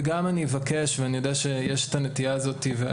ואני גם אבקש ואני יודע שיש את הנטייה החשובה